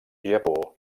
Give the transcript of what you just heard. japó